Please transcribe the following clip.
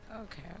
Okay